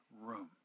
room